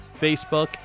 facebook